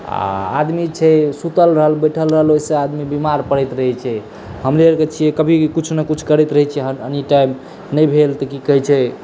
आ आदमी छै सुतल रहल बैठल रहल ओहिसँ आदमी बीमार पड़ैत रहै छै हमरे आरके छियै कभी कुछ न कुछ करैत रहै छियै एनीटाइम नहि भेल तऽ की कहैत छै